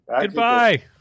Goodbye